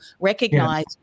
recognize